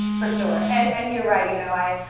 for sure. and and you're right. you know, i,